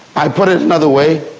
i put it another way,